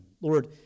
Lord